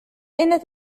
أين